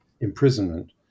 imprisonment